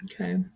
Okay